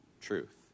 truth